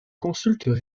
consultent